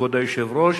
כבוד היושב-ראש,